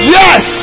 yes